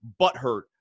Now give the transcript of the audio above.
butthurt